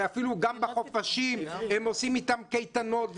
ואפילו בחופשים גם הם עושים קייטנות.